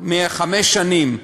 מחמש שנים.